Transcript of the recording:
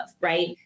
Right